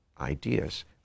ideas